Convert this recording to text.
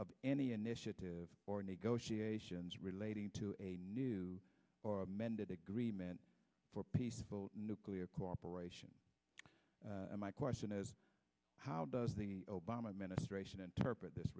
of any initiative or negotiations relating to a new or amended agreement for peaceful nuclear cooperation my question is how does the obama administration interpret this